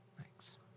Thanks